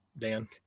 Dan